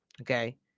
Okay